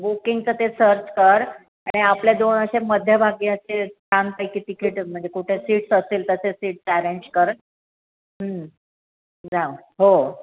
बुकिंगचं ते सर्च कर आणि आपल्या दोन असे मध्यभागी असे छानपैकी तिकीट म्हणजे कुठे सीट्स असतील तर ते सीट्स ॲरेंज कर जाऊ हो